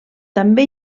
també